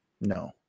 No